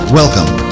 welcome